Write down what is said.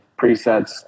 presets